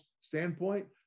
standpoint